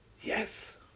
Yes